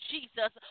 Jesus